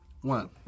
one